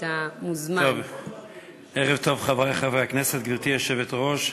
ערב טוב, חברי חברי הכנסת, גברתי היושבת-ראש,